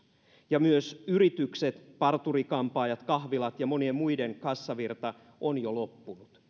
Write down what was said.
ja myös yritykset parturi kampaajien kahviloiden ja monien muiden kassavirta on jo loppunut